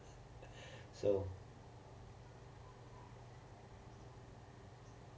so